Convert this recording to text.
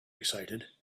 excited